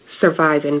Surviving